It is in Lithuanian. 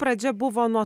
pradžia buvo nuo